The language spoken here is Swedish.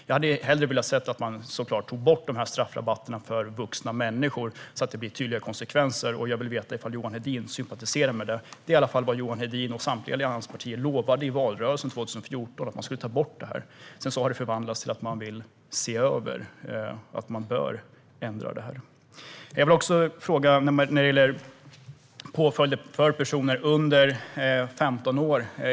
Jag hade såklart hellre velat se att man tar bort dessa straffrabatter för vuxna människor, så att det blir tydliga konsekvenser. Jag vill veta om Johan Hedin sympatiserar med det. Johan Hedin och samtliga allianspartier lovade i valrörelsen 2014 att man skulle ta bort detta. Sedan har det förvandlats till att man vill se över detta och att man bör ändra detta. Jag vill också ställa en fråga om påföljder för personer under 15 år.